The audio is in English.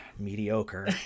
mediocre